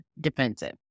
defensive